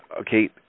okay